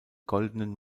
goldenen